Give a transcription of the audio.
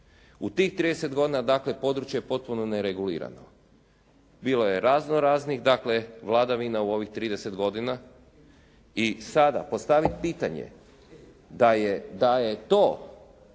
U tih 30 godina dakle područje je potpuno neregulirano. Bilo je razno raznih dakle vladavina u ovih 30 godina i sada postaviti pitanje da je to